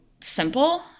simple